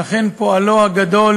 ואכן פועלו הגדול